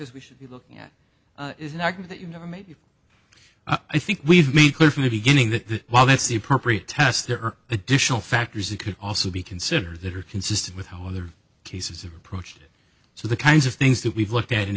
is we should be looking at is not that you never made you i think we've made clear from the beginning that while that's the appropriate test there are additional factors that could also be considered that are consistent with how other cases are approached so the kinds of things that we've looked at in